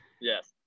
Yes